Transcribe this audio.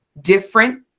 different